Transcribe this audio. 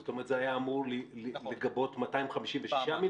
זאת אומרת זה היה אמור לגבות 256 מיליון?